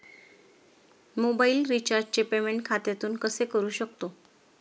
Mobile रिचार्जचे payment खात्यातून कसे करू शकतो?